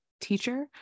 teacher